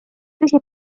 tõsi